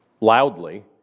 loudly